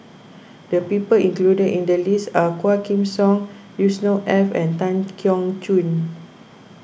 the people included in the list are Quah Kim Song Yusnor Ef and Tan Keong Choon